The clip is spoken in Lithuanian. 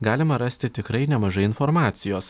galima rasti tikrai nemažai informacijos